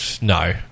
No